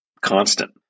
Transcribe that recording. constant